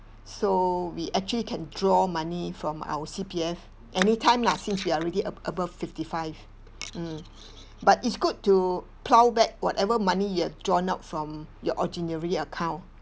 so we actually can draw money from our C_P_F anytime lah since we are already ab~ above fifty-five near mm but it's good to plough back whatever money you have drawn out from your ordinary account